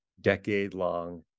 decade-long